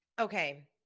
okay